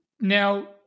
Now